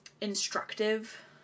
instructive